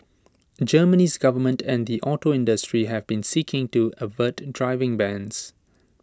Germany's government and the auto industry have been seeking to avert driving bans